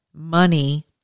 money